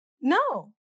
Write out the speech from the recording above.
No